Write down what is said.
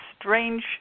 strange